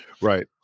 Right